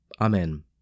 Amen